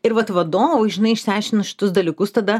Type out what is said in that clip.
ir vat vadovui žinai išsiaiškinus šitus dalykus tada